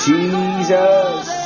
Jesus